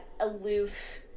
aloof